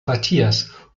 quartiers